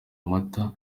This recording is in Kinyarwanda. amata